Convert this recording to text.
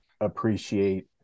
appreciate